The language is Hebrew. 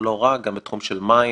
אמרת שאת יועצת,